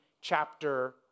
chapter